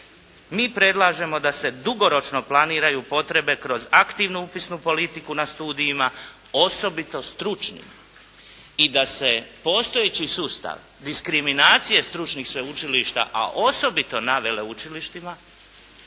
Mi predlažemo da se dugoročno planiraju potrebe kroz aktivnu upisnu politiku na studijima, osobito stručnim i da se postojeći sustav diskriminacije stručnih sveučilišta, a osobito na veleučilištima